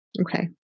Okay